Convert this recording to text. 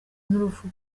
n’urupfu